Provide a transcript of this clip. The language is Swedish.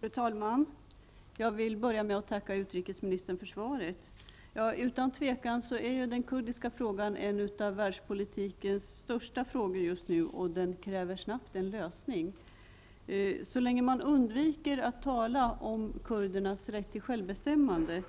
Fru talman! Jag vill börja med att tacka utrikesministern för svaret. Utan tvivel är den kurdiska frågan en av världspolitikens största frågor just nu, och den kräver en snar lösning. Så länge man undviker att tala om kurdernas rätt till självbestämmande